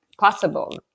possible